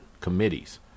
committees